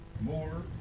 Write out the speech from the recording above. more